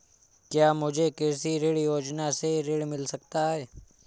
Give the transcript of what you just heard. क्या मुझे कृषि ऋण योजना से ऋण मिल सकता है?